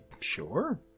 Sure